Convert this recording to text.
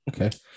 okay